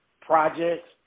projects